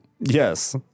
Yes